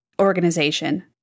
organization